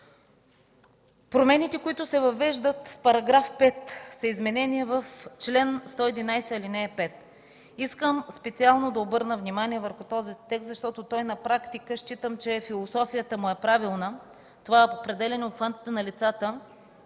Промените, които се въвеждат в § 5, са изменения в чл. 111, ал. 5. Искам специално да обърна внимание върху този текст, защото на практика считам, че философията му е правилна. Това е по определяне обхвата на лицата,